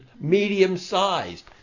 medium-sized